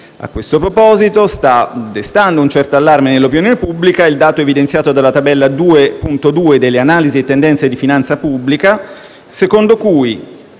A questo proposito, sta destando un certo allarme nell'opinione pubblica il dato evidenziato dalla Tabella 2.2 delle Analisi e tendenze di finanza pubblica, secondo cui